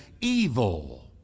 evil